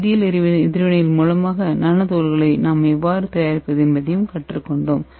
வேதியியல் எதிர்வினை முறையால் நானோ துகள்களை எவ்வாறு தயாரிப்பது என்பதையும் கற்றுக்கொண்டோம்